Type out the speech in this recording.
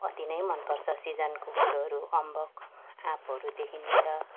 अति नै मन पर्छ सिजनको कुरोहरू अम्बक आँपहरूदेखि लिएर